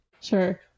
Sure